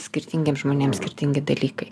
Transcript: skirtingiems žmonėms skirtingi dalykai